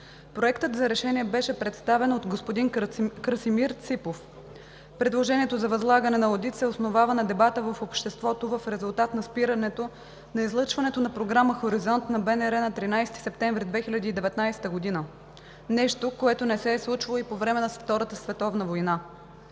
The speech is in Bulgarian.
Проектът за решение беше представен от господин Красимир Ципов. Предложението за възлагане на одит се основава на дебата в обществото в резултат на спирането на излъчването на програма „Хоризонт“ на БНР на 13 септември 2019 г. – нещо, което не се е случвало и по време на Втората световна война.